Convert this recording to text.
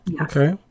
Okay